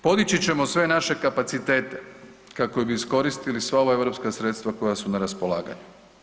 Podići ćemo sve naše kapacitete kako bi iskoristili sva ova europska sredstva koja su na raspolaganju.